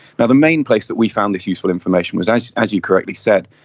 and the main place that we found this useful information was, as as you correctly said,